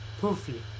poofy